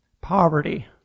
Poverty